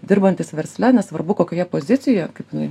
dirbantis versle nesvarbu kokioje pozicijoje kaip jinai